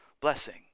blessing